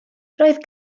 roedd